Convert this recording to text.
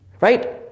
Right